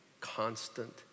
constant